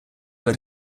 but